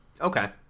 Okay